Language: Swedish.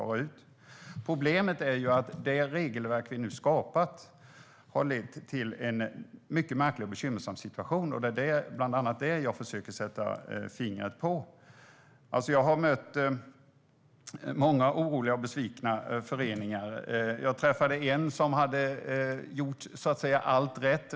Problemet är att det regelverk vi skapat har lett till en mycket märklig och bekymmersam situation, och det är bland annat det jag försöker sätta fingret på. Jag har mött många oroliga och besvikna föreningar. Jag träffade en som hade gjort allt rätt.